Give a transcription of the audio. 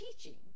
teaching